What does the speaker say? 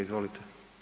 Izvolite.